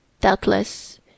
Doubtless